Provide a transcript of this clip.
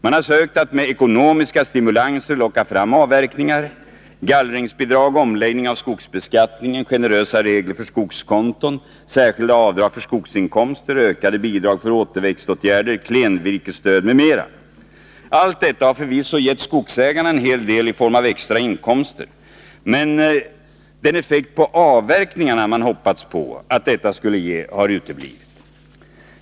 Man har sökt att med ekonomiska stimulanser locka fram avverkningar — gallringsbidrag, omläggning av skogsbeskattningen, generösa regler för skogskonto, särskilda avdrag för skogsinkomster, ökade bidrag för återväxtåtgärder, klenvirkesstöd m.m. Allt detta har förvisso gett skogsägarna en hel del i form av extra inkomster. Men den effekt på avverkningarna som man hade hoppats att detta skulle ge har uteblivit.